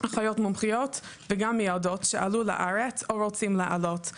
מומחיות וגם מיילדות שעלו לארץ או רוצים לעלות.